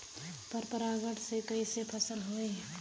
पर परागण से कईसे फसल होई?